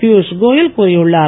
பியூஷ் கோயல் கூறியுள்ளார்